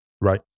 Right